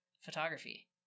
photography